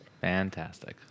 Fantastic